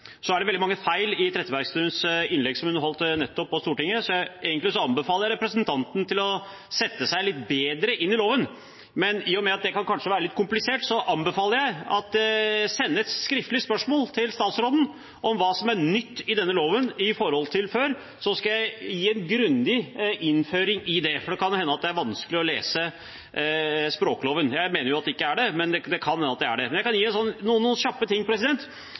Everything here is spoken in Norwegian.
Så er det veldig mange feil i Trettebergstuens innlegg, som hun nettopp holdt, så egentlig anbefaler jeg representanten å sette seg litt bedre inn i loven. Men i og med at det kanskje kan være litt komplisert, anbefaler jeg å sende et skriftlig spørsmål til statsråden om hva som er nytt i denne loven i forhold til før, så skal jeg gi en grundig innføring i det, for det kan hende at det er vanskelig å lese språkloven. Jeg mener jo at det ikke er det, men det kan hende at det er det. Jeg kan kjapt ta et par ting: